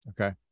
okay